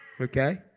Okay